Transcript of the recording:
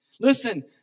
Listen